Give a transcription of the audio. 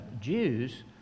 Jews